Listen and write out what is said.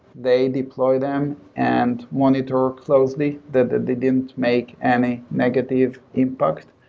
they deploy them and monitor closely that they didn't make any negative impact.